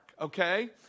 okay